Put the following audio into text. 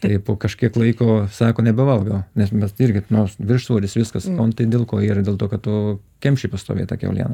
tai po kažkiek laiko sako nebevalgo nes mes irgi nors viršsvoris viskas o tai dėl ko ir dėl to kad tu kemši pastoviai tą kiaulieną